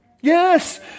Yes